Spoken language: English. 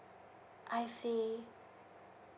I see